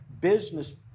business